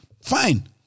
fine